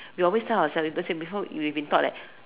we always tell ourselves before we've been taught that